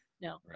No